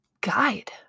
guide